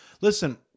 listen